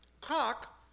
cock